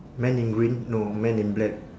man in green no man in black